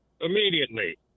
immediately